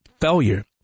failure